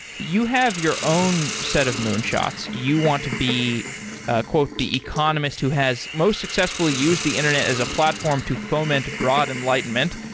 you have your own set of moonshot. you want to be ah the economist who has most successfully used the internet as a platform to foment broad enlightenment,